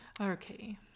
Okay